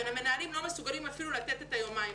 אבל המנהלים לא מסוגלים אפילו לתת את היומיים.